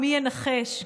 ומי ינחש,